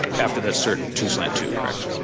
after the cert to slant two correct?